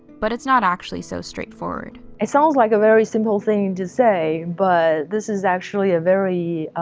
but it's not actually so straightforward. it sounds like a very simple thing to say, but this is actually a very,